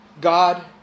God